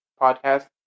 podcast